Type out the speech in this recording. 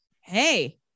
hey